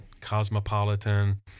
cosmopolitan